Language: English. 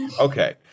Okay